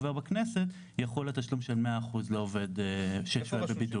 יחול התשלום של 100% לעובד ששוהה בבידוד.